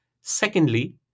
Secondly